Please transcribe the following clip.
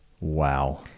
Wow